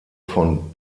von